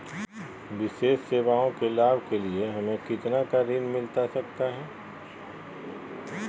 विशेष सेवाओं के लाभ के लिए हमें कितना का ऋण मिलता सकता है?